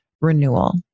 renewal